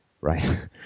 right